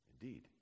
indeed